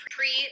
Pre